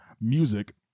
music